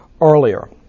earlier